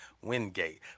Wingate